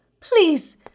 please